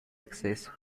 acceso